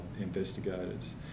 investigators